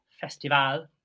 festival